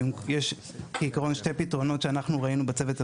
יש בעקרון שני פתרונות שאנחנו ראינו בצוות הבין-משרדי.